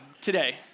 today